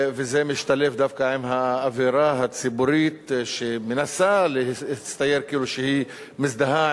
וזה משתלב דווקא עם האווירה הציבורית שמנסה להצטייר כאילו היא מזדהה